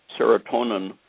serotonin